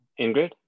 Ingrid